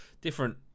different